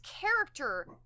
character